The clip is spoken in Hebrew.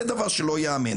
זה דבר שלא ייאמן.